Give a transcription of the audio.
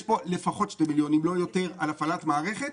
יש פה לפחות 2 מיליון אם לא יותר על הפעלת מערכת.